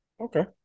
Okay